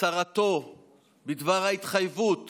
הצהרתו בדבר ההתחייבות